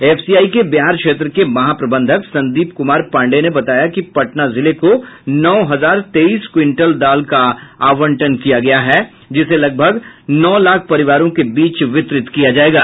FCI के बिहार क्षेत्र के महाप्रबंधक संदीप कुमार पाण्डेय ने बताया कि पटना जिले को नौ हजार तेईस क्विंटल दाल का आवंटन किया गया है जिसे लगभग नौ लाख परिवारों के बीच वितरित किया जायेगा